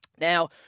Now